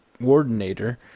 coordinator